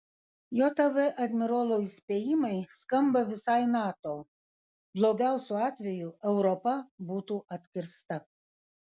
jav admirolo įspėjimai skamba visai nato blogiausiu atveju europa būtų atkirsta